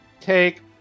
Take